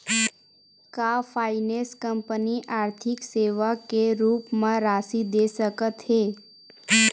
का finance company आर्थिक सेवा के रूप म राशि दे सकत हे?